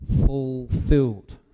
fulfilled